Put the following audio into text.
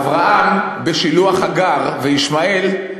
אברהם, בשילוח הגר וישמעאל,